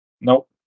Nope